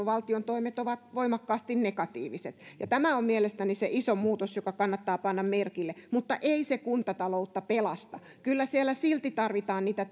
valtion toimet ovat voimakkaasti negatiiviset tämä on mielestäni se iso muutos joka kannattaa panna merkille mutta ei se kuntataloutta pelasta kyllä siellä silti tarvitaan niitä